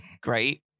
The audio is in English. great